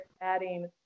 adding